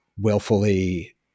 willfully